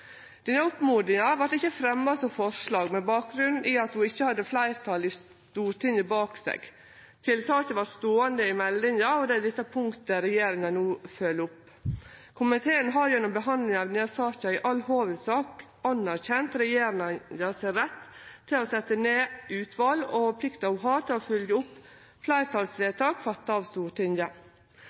Denne oppmodinga vart ikkje fremja som forslag, med bakgrunn i at ho ikkje hadde fleirtalet i Stortinget bak seg. Tiltaket vart ståande i meldinga, og det er dette punktet regjeringa nå følgjer opp. Komiteen har gjennom behandlinga av denne saka i all hovudsak anerkjent regjeringas rett til å setje ned utval og plikta ho har til å følgje opp fleirtalsvedtak fatta av Stortinget.